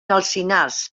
alzinars